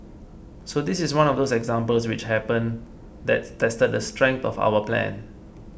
so this is one of those examples which happen that tested the strength of our plan